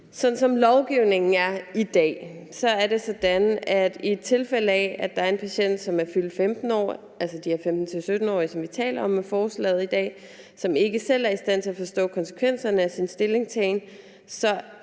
sådan som lovgivningen er i dag, er det sådan, at i tilfælde af at der er en patient, som er fyldt 15 år – altså de her 15-17-årige, vi taler om med forslaget i dag – og som ikke selv er i stand til at forstå konsekvenserne af sin stillingtagen, så